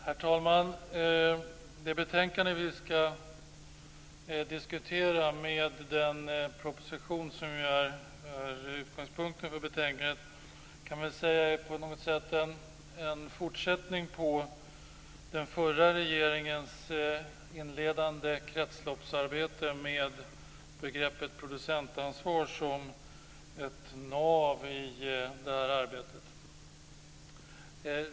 Herr talman! Det betänkande vi skall diskutera och den proposition som är utgångspunkt för betänkandet kan man säga på något sätt är en fortsättning på den förra regeringens inledande kretsloppsarbete med begreppet producentansvar som ett nav i arbetet.